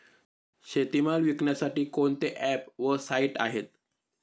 शेतीमाल विकण्यासाठी कोणते ॲप व साईट आहेत?